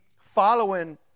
following